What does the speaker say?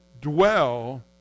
dwell